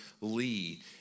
Lee